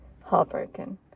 Heartbroken